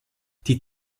die